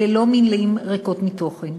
אלה לא מילים ריקות מתוכן.